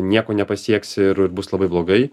nieko nepasieksi ir bus labai blogai